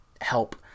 help